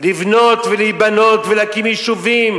לבנות ולהיבנות ולהקים יישובים?